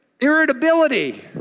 Irritability